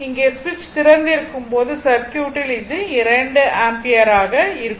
இங்கே சுவிட்ச் திறந்திருக்கும் போது சர்க்யூட்டில் இது 2 ஆம்பியர் ஆகும்